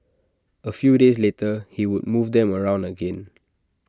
A few days later he would move them around again